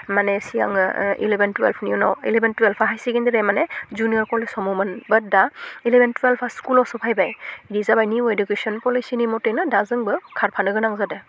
माने सिगाङो इलेभेन्ट थुयेल्भनि उनाव इलेभेन्ट थुयेल्भ बा हाइ सेकेण्डारिया माने जुनियर कलेज हमोमोन बाट दा इलेभेन्ट थयेल्भआ स्कुलावसो फैबाय बियो जाबाय निउ इदुकेसन पलिसिनि मतेनो दा जोंबो खारफानो गोनां जादो